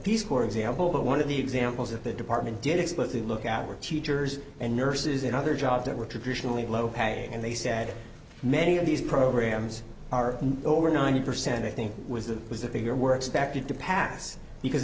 peace corps example but one of the examples that the department did explicitly look at were teachers and nurses and other jobs that were traditionally low paying and they said many of these programs are over ninety percent i think was that was the figure we're expected to pass because